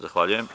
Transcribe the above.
Zahvaljujem.